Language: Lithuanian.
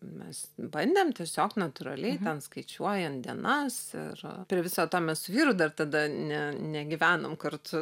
mes bandėm tiesiog natūraliai ten skaičiuojant dienas ir per visą prie viso to mes su vyru dar tada ne negyvenom kartu